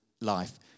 life